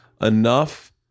enough